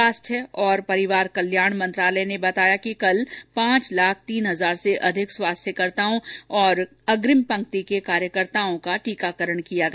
स्वास्थ्य और परिवार कल्याण मंत्रालय ने बताया है कि कल पांच लाख तीन हजार से अधिक स्वास्थ्यकर्मियों और अग्रिम पंक्ति के कार्यकर्ताओं का टीकाकरण किया गया